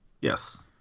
Yes